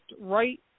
right